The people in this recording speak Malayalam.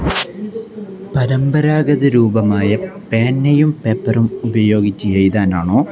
പരമ്പരാഗത രൂപമായ പേനയും പേപ്പറും ഉപയോഗിച്ച് എഴുതാനാണോ